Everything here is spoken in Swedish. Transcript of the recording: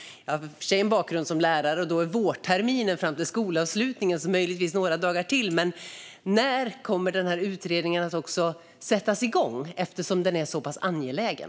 Jag har i och för sig en bakgrund som lärare, och vårterminen varar ju fram till skolavslutningen. Möjligen ger det några dagar till. Men när kommer utredningen att sättas igång med tanke på att den är så angelägen?